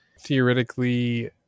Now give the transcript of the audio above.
theoretically